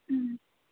হুম